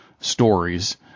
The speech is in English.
stories